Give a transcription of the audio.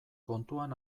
kontuan